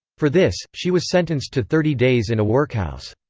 for this, she was sentenced to thirty days in a workhouse.